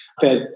fed